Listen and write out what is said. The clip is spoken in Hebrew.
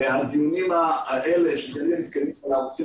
והדיונים האלה שכרגע מתקיימים על הערוצים